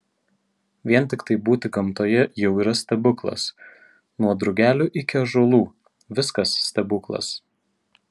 vien tiktai būti gamtoje jau yra stebuklas nuo drugelių iki ąžuolų viskas stebuklas